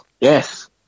Yes